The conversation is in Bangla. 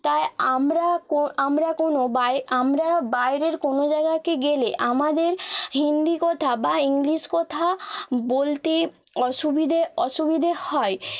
তাই আমরা কো আমরা কোনো বাই আমরা বাইরের কোনো জায়গাকে গেলে আমাদের হিন্দি কথা বা ইংলিশ কথা বলতে অসুবিধে অসুবিধে হয়